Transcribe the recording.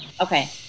Okay